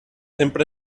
sempre